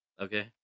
Okay